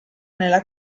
nella